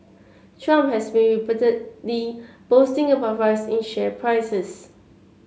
Trump has been repeatedly boasting about rise in share prices